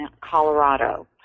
Colorado